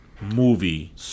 movie